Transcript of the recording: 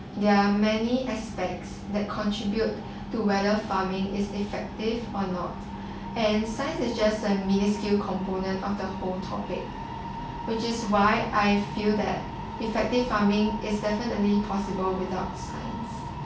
there are many aspects that contribute to whether farming is effective or not and science is just a minuscule component of the whole topic which is why i feel that effective farming is definitely possible without science